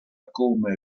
come